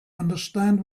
understand